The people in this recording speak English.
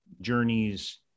journeys